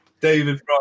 David